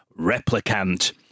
Replicant